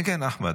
כן, אחמד.